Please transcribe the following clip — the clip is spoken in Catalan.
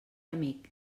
amic